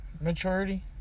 maturity